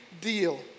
deal